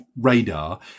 radar